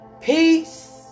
Peace